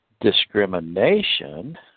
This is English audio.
discrimination